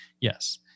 yes